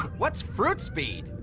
what's fruit speed?